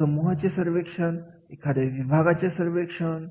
यामध्ये समूहांचे सर्वेक्षण एखाद्या विभागाचे सर्वेक्षण यावरून